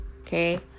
Okay